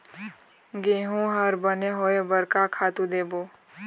गेहूं हर बने होय बर का खातू देबो?